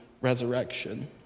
resurrection